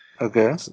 Okay